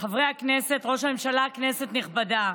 חברי הכנסת, ראש הממשלה, כנסת נכבדה,